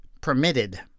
permitted